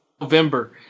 November